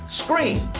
screen